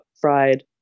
fried